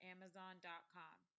Amazon.com